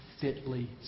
fitly